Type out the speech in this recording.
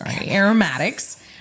aromatics